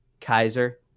Kaiser